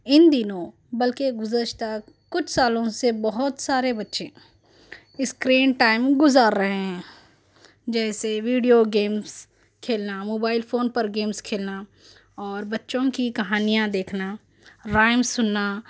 ان دنوں بلکہ گذشتہ کچھ سالوں سے بہت سارے بچے اسکرین ٹائم گزار رہے ہیں جیسے ویڈیو گیمس کھیلنا موبائل فون پر گیمس کھیلنا اور بچوں کی کہانیاں دیکھنا رائم سننا